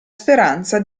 speranza